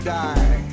die